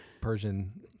Persian